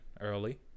early